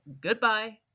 goodbye